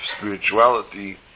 spirituality